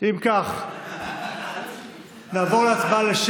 אם כך, נעבור להצבעה.